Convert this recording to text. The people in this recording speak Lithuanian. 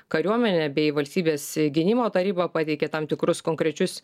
kariuomene bei valstybės gynimo taryba pateikė tam tikrus konkrečius